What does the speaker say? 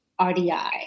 RDI